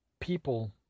people